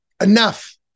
enough